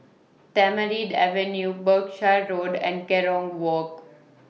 Tamarind Avenue Berkshire Road and Kerong Walk